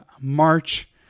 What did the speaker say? March